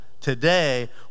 today